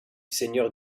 seigneur